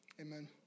amen